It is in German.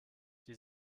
die